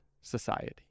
society